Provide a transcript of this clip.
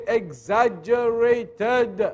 exaggerated